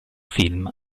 film